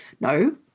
No